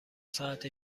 ساعت